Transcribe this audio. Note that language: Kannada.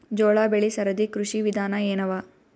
ಜೋಳ ಬೆಳಿ ಸರದಿ ಕೃಷಿ ವಿಧಾನ ಎನವ?